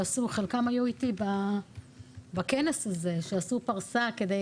חלקם היו איתי בכנס הזה שעשו פרסה כדי,